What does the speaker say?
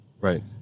Right